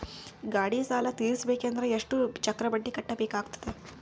ಗಾಡಿ ಸಾಲ ತಿರಸಬೇಕಂದರ ಎಷ್ಟ ಚಕ್ರ ಬಡ್ಡಿ ಕಟ್ಟಬೇಕಾಗತದ?